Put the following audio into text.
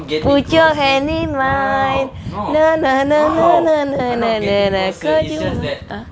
put your hands in mine ah